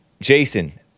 Jason